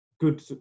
good